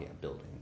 building